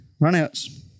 Runouts